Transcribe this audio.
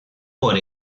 por